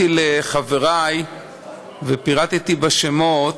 לחברי ופירטתי שמות,